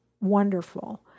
wonderful